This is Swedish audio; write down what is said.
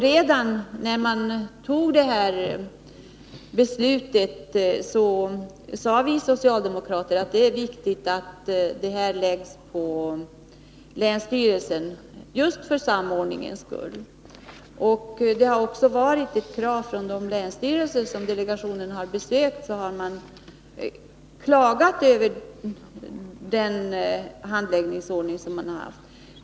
Redan när beslutet om glesbygdsstödet fattades sade vi socialdemokrater att det var viktigt att handläggningen lades på länsstyrelserna just för samordningens skull. Det har också varit ett krav från de länsstyrelser som delegationen besökt. Där har man klagat över den handläggningsordning som tillämpats.